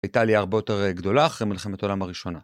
הייתה עלייה הרבה יותר גדולה אחרי מלחמת עולם הראשונה.